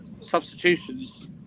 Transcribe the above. Substitutions